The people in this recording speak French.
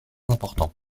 important